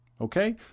Okay